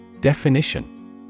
Definition